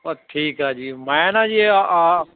ਠੀਕ ਆ ਜੀ ਮੈਂ ਨਾ ਜੀ ਆ